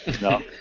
No